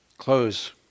Close